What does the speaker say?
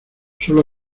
sólo